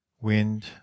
wind